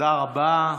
תודה רבה.